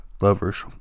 lovers